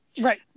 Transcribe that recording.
right